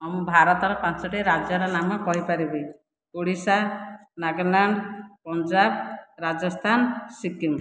ଆମ ଭାରତର ପାଞ୍ଚ ଟି ରାଜ୍ୟର ନାମ କହି ପାରିବି ଓଡ଼ିଶା ନାଗାଲାଣ୍ଡ ପଞ୍ଜାବ ରାଜସ୍ତାନ ସିକିମ